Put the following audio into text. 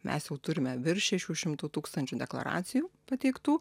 mes jau turime virš šešių šimtų tūkstančių deklaracijų pateiktų